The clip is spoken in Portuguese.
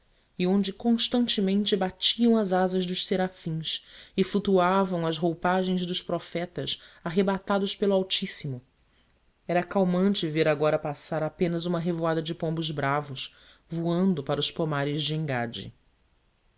e onde constantemente batiam as asas dos serafins e flutuavam as roupagens dos profetas arrebatados pelo altíssimo era calmante ver agora passar apenas uma revoada de pombos bravos voando para os pomares de engada